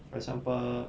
for example